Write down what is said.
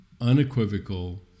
unequivocal